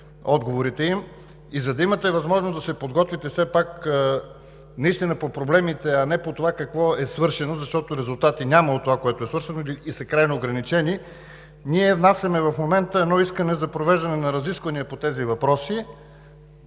отговорите им, и за да имате възможност да се подготвите все пак наистина по проблемите, а не по това какво е свършено, защото резултати няма от това, което е свършено и са крайно ограничени, ние внасяме в момента искане за провеждане на разисквания по тези въпроси